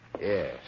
Yes